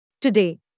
Today